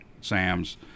Sam's